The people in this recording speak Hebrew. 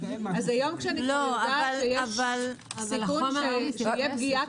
אז היום כשאני כבר יודעת שיש סיכון שתהיה פגיעה